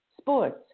sports